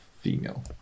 female